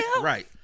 Right